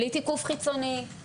בלי תיקוף חיצוני,